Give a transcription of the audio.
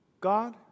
God